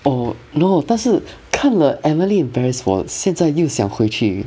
oh no 但是看了 emily in paris 我现在又想回去